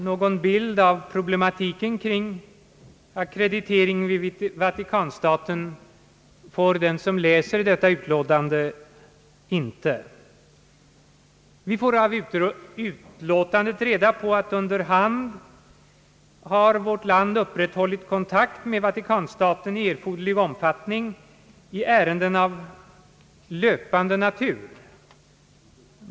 Någon bild av problematiken kring ackreditering vid Vatikanstaten får inte den som läser utlåtandet. Där meddelas att vårt land under hand har upprätthållit kontakt med Vatikanstaten i erforderlig omfattning då det gällt »ärenden av löpande natur».